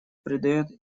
придает